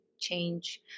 change